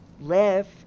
left